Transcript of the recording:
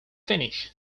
finish